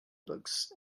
books